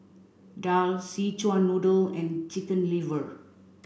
Daal Szechuan Noodle and Chicken Liver